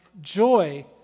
joy